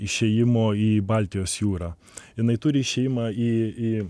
išėjimo į baltijos jūrą jinai turi išėjimą į į